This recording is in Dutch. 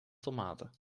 tomaten